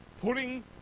putting